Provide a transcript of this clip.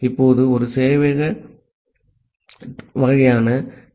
இப்போது இது ஒரு வகையான டி